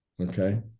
Okay